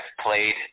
played